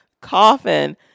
coffin